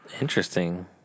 Interesting